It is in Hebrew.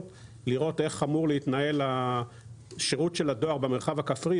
ולראות איך אמור להתנהל השירות של הדואר במרחב הכפרי.